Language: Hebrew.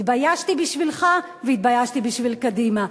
התביישתי בשבילך והתביישתי בשביל קדימה.